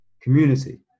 community